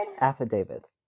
Affidavit